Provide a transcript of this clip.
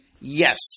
yes